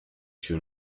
two